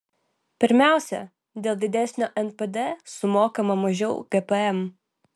pirmiausia dėl didesnio npd sumokama mažiau gpm